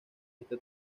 este